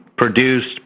produced